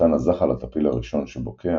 בעזרתן הזחל הטפיל הראשון שבוקע